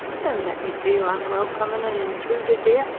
don't let me feel unwelcome and an intruder, dear.